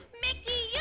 Mickey